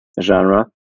genre